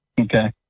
Okay